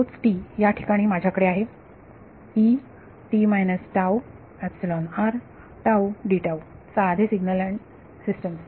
तोच याठिकाणी माझ्याकडे आहे साधे सिग्नल अँड सिस्टम्स